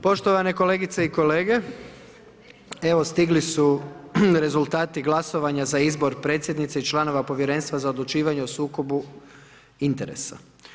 Poštovane kolegice i kolege, evo, stigli su rezultati glasovanja za izbor predsjednice i članova Povjerenstva za odlučivanje o sukobu interesa.